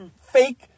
fake